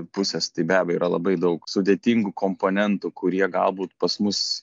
pusės tai be abejo yra labai daug sudėtingų komponentų kurie galbūt pas mus